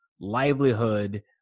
livelihood